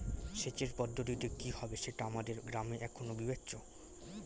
সেচের পদ্ধতিটি কি হবে সেটা আমাদের গ্রামে এখনো বিবেচ্য